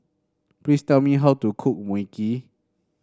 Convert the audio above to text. please tell me how to cook Mui Kee